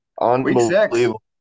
Unbelievable